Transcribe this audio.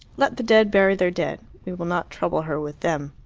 let the dead bury their dead. we will not trouble her with them.